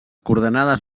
coordenades